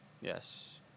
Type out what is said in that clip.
Yes